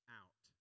out